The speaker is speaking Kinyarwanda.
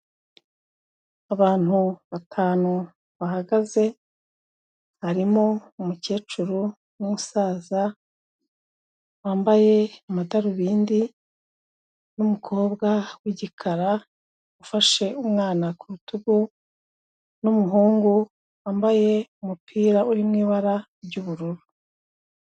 Abantu batanu bahagaze harimo umukecuru n'umusaza wambaye amadarubindi, n'umukobwa w'igikara ufashe umwana ku rutugu, n'umuhungu wambaye umupira uri mu ibara ry'ubururu.